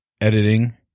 editing